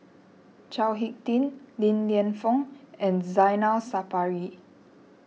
Chao Hick Tin Li Lienfung and Zainal Sapari